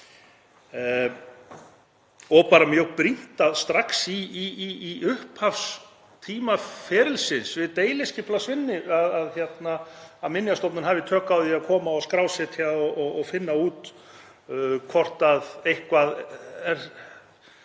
Það er mjög brýnt að strax í upphafi tímaferilsins við deiliskipulagsvinnu hafi Minjastofnun tök á því að koma og skrásetja og finna út hvort eitthvað er